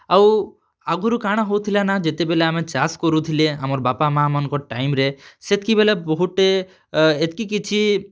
ଆଉ ଆଗ୍ରୁ କା'ଣା ହେଉଥିଲା ନା ଯେତେବେଲେ ଆମେ ଚାଷ୍ କରୁଥିଲେ ଆମର୍ ବାପା ମାଆ'ମାନଙ୍କର୍ ଟାଇମ୍ରେ ସେତ୍କି ବେଲେ ବହୁତ୍ଟେ ଏତ୍କି କିଛି